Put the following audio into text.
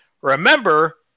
Remember